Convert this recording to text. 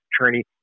attorney